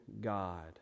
God